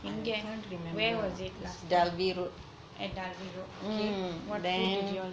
எங்கே:engae where was it lah at dalvey road okay what food did ya'll eat